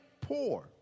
poor